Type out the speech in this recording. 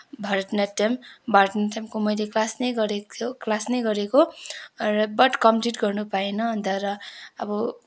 भरतनाट्यम भरतनाट्यमको मैले क्लास नै गरेको थियो क्लास नै गरेको र बट् कम्प्लिट गर्नु पाइनँ अन्त र अब